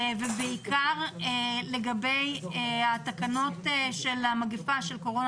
ובעיקר לגבי התקנות של מגפת הקורונה,